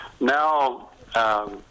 now